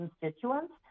constituents